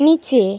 নিচে